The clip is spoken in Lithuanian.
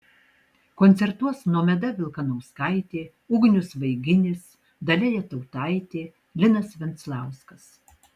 koncertuos nomeda vilkanauskaitė ugnius vaiginis dalia jatautaitė linas venclauskas